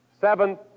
Seventh